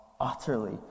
utterly